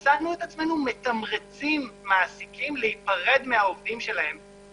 מצאנו את עצמנו מתמרצים מעסיקים להיפרד מהעובדים שלהם,